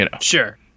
Sure